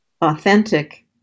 authentic